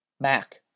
Mac